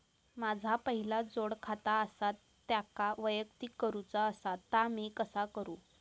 माझा पहिला जोडखाता आसा त्याका वैयक्तिक करूचा असा ता मी कसा करू?